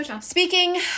speaking